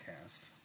cast